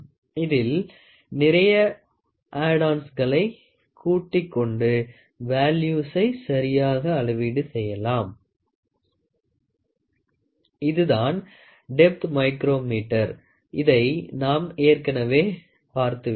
இதில் நிறைய ஆட் ஆன்ஸ்களை கூட்டிக் கொண்டு வேள்யூசை சரியாக அளவீடு செய்யலாம் இதுதான் டெப்த் மைக்ரோ மீட்டர் இதை நாம் ஏற்கனவே பார்த்துவிட்டோம்